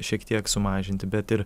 šiek tiek sumažinti bet ir